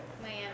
Miami